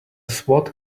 swat